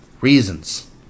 reasons